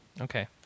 Okay